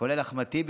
כולל אחמד טיבי?